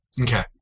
Okay